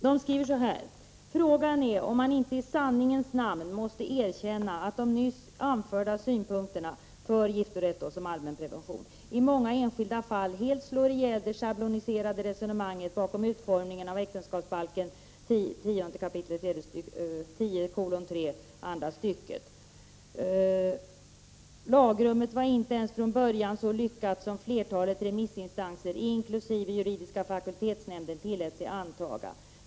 De säger så här: Frågan är om man inte i sanningens namn måste erkänna att de nyss anförda synpunkterna i många enskilda fall helt slår ihjäl det schabloniserade resonemanget bakom utformningen av 10 kap. 3§ äktenskapsbalken. Vidare säger de så här: Lagrummet var inte ens från början så lyckat som flertalet remissinstanser, inkl. juridiska fakultetsnämnden, tillät sig antaga.